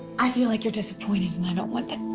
i feel like you're disappointed and i don't want that.